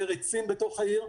יותר עצים בתוך העיר,